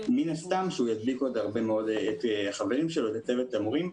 מן הסתם הוא ידביק עוד הרבה מאוד מהחברים שלו ואת הצוות המורים,